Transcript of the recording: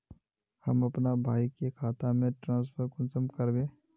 हम अपना भाई के खाता में ट्रांसफर कुंसम कारबे?